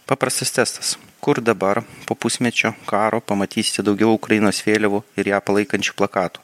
paprastas testas kur dabar po pusmečio karo pamatysi daugiau ukrainos vėliavų ir ją palaikančių plakatų